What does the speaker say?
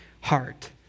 heart